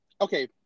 okay